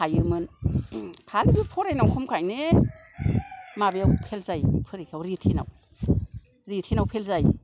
थायोमोन सानैबो फरायनायाव खमखायनो माबायाव फेल जायोमोन फरिखायाव रिथेनाव रिथेनाव फेल जायोमोन